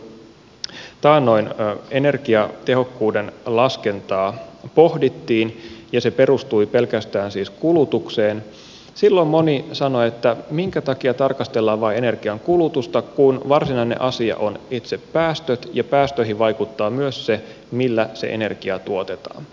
muistan että silloin kun taannoin energiatehokkuuden laskentaa pohdittiin ja se perustui siis pelkästään kulutukseen moni sanoi että minkä takia tarkastellaan vain energian kulutusta kun varsinainen asia on itse päästöt ja päästöihin vaikuttaa myös se millä se energia tuotetaan